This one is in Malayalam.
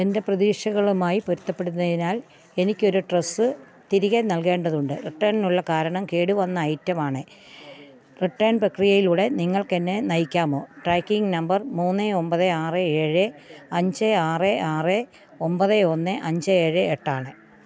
എൻ്റെ പ്രതീക്ഷകളുമായി പൊരുത്തപ്പെടുന്നതിനാൽ എനിക്ക് ഒരു ഡ്രസ്സ് തിരികെ നൽകേണ്ടതുണ്ട് റിട്ടേണിനുള്ള കാരണം കേടുവന്ന ഐറ്റമാണ് റിട്ടേൺ പ്രക്രിയയിലൂടെ നിങ്ങൾക്ക് എന്നെ നയിക്കാമോ ട്രാക്കിംഗ് നമ്പർ മൂന്ന് ഒൻപത് ആറ് ഏഴ് അഞ്ച് ആറ് ആറ് ഒൻപത് ഒന്ന് അഞ്ച് ഏഴ് എട്ടാണ്